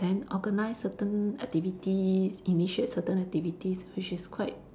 then organise certain activities initiate certain activities which is quite